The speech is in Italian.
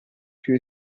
più